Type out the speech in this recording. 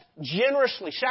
generously